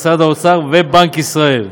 משרד האוצר ובנק ישראל.